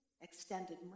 extended